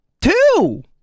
Two